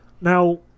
Now